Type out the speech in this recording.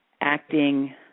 acting